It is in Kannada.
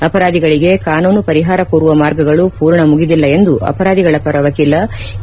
ಅಪರಾಧಿಗಳಿಗೆ ಕಾನೂನು ಪರಿಹಾರ ಕೋರುವ ಮಾರ್ಗಗಳು ಪೂರ್ಣ ಮುಗಿದಿಲ್ಲ ಎಂದು ಅಪರಾಧಿಗಳ ಪರ ವಕೀಲ ಎ